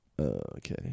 Okay